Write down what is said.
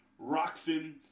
Rockfin